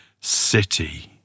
city